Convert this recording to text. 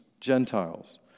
Gentiles